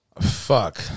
Fuck